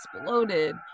exploded